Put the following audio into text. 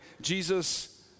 Jesus